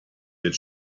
wird